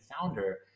founder